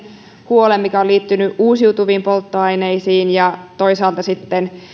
huolen mikä on liittynyt uusiutuviin polttoaineisiin ja toisaalta sitten